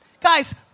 Guys